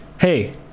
hey